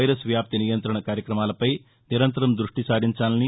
virus వ్యాప్తి నియంతణ కార్యక్రమాలపై నిరంతరం ద్బష్లిసారించాలని